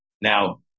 Now